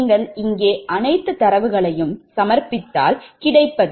நீங்கள் இங்கே அனைத்து தரவுகளையும் சமர்ப்பித்தால் கிடைப்பது B120